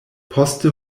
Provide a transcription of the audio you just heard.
poste